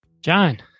John